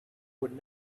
would